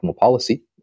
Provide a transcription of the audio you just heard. policy